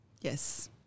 Yes